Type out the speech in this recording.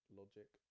logic